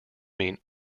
mean